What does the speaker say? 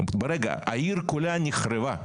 ברגע העיר כולה נחרבה.